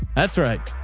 that's right.